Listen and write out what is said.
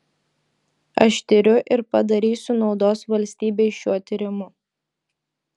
aš tiriu ir padarysiu naudos valstybei šiuo tyrimu